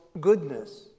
goodness